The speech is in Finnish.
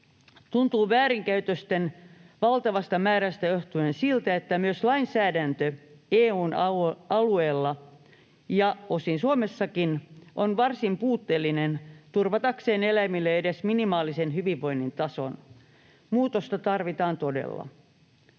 Tuntuu väärinkäytösten valtavasta määrästä johtuen siltä, että myös lainsäädäntö EU:n alueella, osin Suomessakin, on varsin puutteellinen turvatakseen eläimille edes minimaalisen hyvinvoinnin tason. Muutosta tarvitaan todella.